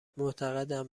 معتقدم